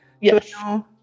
Yes